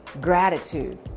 gratitude